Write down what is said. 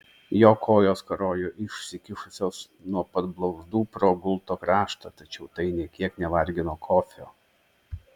jo kojos karojo išsikišusios nuo pat blauzdų pro gulto kraštą tačiau tai nė kiek nevargino kofio